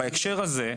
ובהקשר הזה,